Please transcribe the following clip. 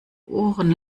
ohren